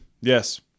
Yes